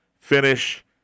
finish